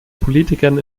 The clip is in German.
politikern